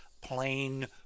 plain